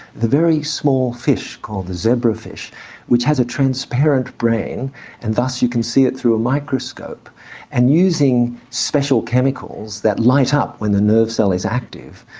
the very small fish called the zebra fish which has a transparent brain and thus you can see it through a microscope and using special chemicals that light up when the nerve cell is active,